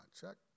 checked